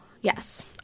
Yes